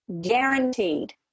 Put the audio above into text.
Guaranteed